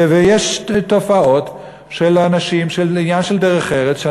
ויש תופעות של אנשים בעניין של דרך ארץ,